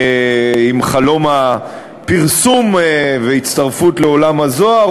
עם חלום הפרסום והצטרפות לעולם הזוהר,